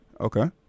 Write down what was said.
Okay